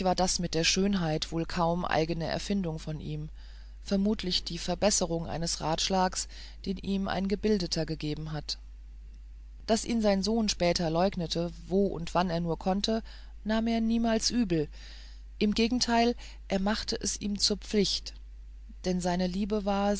das mit der schönheit wohl kaum eigene erfindung von ihm vermutlich die verbesserung eines ratschlags den ihm ein gebildeter gegeben hatte daß ihn sein sohn später verleugnete wo und wann er nur konnte nahm er niemals übel im gegenteil er machte es ihm zur pflicht denn seine liebe war